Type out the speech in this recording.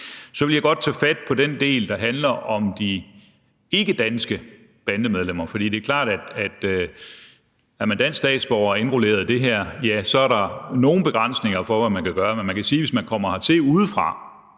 Så vil jeg godt tage fat på den del, der handler om de ikkedanske bandemedlemmer, for det er klart, at er man dansk statsborger og indrulleret i det her, så er der nogle begrænsninger for, hvad vi kan gøre. Men vi kan sige, at hvis man kommer hertil udefra